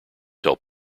tell